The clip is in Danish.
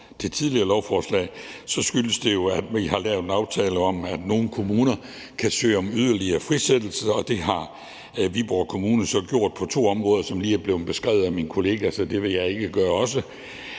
det tidligere lovforslag, skyldes det, at vi har lavet en aftale om, at nogle kommuner kan søge om yderligere frisættelse, og det har Viborg Kommune så gjort på to områder, som lige er blevet beskrevet af min kollega, så det vil jeg ikke også